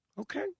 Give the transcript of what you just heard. Okay